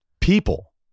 people